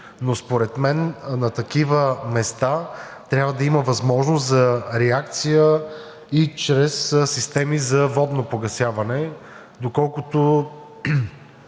но според мен на такива места трябва да има възможност за реакция и чрез системи за водно погасяване, доколкото